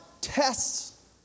tests